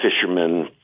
fishermen